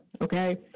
okay